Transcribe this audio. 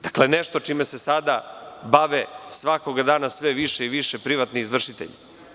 Dakle, nešto čime se sada bave svakog dana sve više i više privatni izvršitelji.